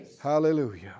hallelujah